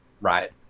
Right